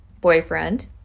boyfriend